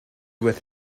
with